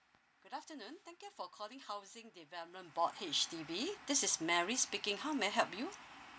good afternoon thank you for calling housing development board H_D_B this is mary speaking how may I help you